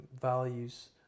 values